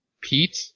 Pete